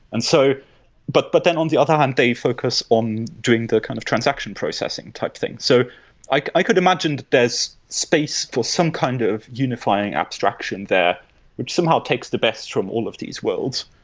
and so but but then, on the other hand, they focus on doing the kind of transaction processing type thing. so i i could imagine there's space for some kind of unifying abstraction there which somehow takes the best from all of these worlds,